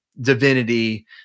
Divinity